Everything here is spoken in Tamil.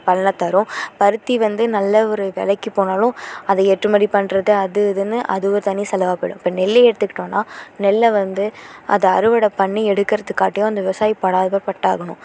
பலனை தரும் பருத்தி வந்து நல்ல ஒரு விலைக்கு போனாலும் அது ஏற்றுமதி பண்ணுறது அது இதுன்னு அது ஒரு தனி செலவாக போய்விடும் இப்போ நெல்லையே எடுத்துக்கிட்டோன்னால் நெல்லை வந்து அதை அறுவடை பண்ணி எடுக்கிறதக்காட்டியும் அந்த விவசாயி படாதபாடு பட்டு ஆகணும்